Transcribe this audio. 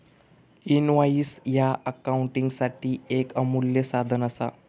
invoice ह्या अकाउंटिंगसाठी येक अमूल्य साधन असा